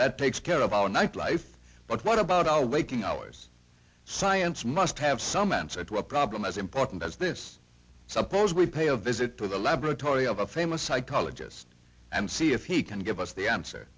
that takes care of our night life but what about all waking hours science must have some answer to a problem as important as this suppose we pay a visit to the laboratory of a famous psychologist and see if he can give us the answer